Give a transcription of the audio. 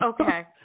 Okay